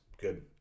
good